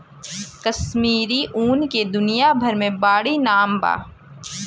कश्मीरी ऊन के दुनिया भर मे बाड़ी नाम बा